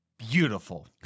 beautiful